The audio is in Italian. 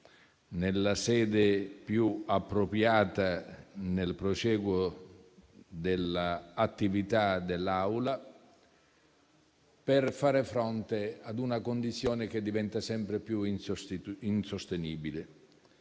nella sede più appropriata nel prosieguo dell'attività dell'Assemblea, per far fronte a una condizione che diventa sempre più insostenibile.